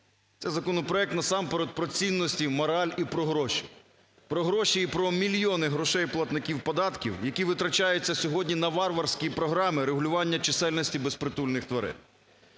це законопроект насамперед про цінності, мораль і про гроші. Про гроші і про мільйони грошей платників податків, які витрачаються сьогодні на варварські програми регулювання чисельності безпритульних тварин.